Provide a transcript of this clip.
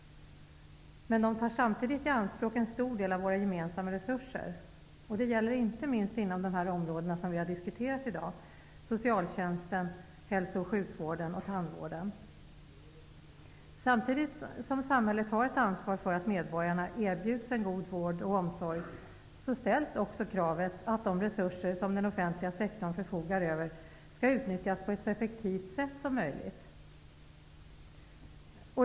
Men de tar samtidigt i anspråk en stor del av våra gemensamma resurser. Det gäller inte minst inom de områden som vi har diskuterat i dag -- socialtjänsten, hälso och sjukvården och tandvården. Samtidigt som samhället har ett ansvar för att medborgarna erbjuds en god vård och omsorg ställs också kravet att de resurser som den offentliga sektorn förfogar över skall utnyttjas så effektivt som möjligt.